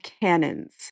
cannons